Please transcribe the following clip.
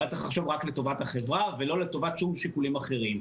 והוא היה צריך לחשוב רק לטובת החברה ולא לטובת שום שיקולים אחרים.